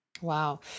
Wow